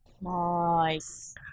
Nice